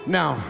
now